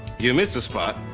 you missed a spot.